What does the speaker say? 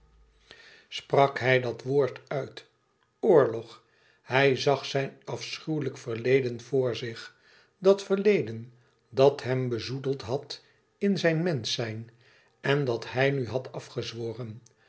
sprak hij dat woord uit oorlog hij zag zijn afschuwelijk verleden voor zich dat verleden dat hem bezoedeld had in zijn mensch zijn en dat hij nu had afgezworen